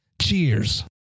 Cheers